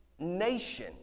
Nation